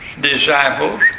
disciples